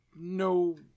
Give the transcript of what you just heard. no